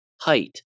height